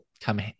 come